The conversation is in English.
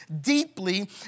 deeply